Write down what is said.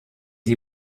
die